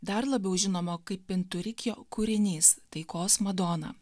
dar labiau žinomo kaip pinturikio kūrinys taikos madona